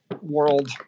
world